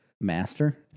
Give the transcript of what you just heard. Master